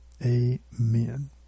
Amen